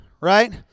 right